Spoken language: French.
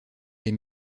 les